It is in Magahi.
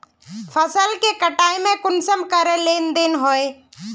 फसल के कटाई में कुंसम करे लेन देन होए?